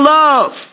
love